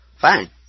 fine